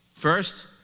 First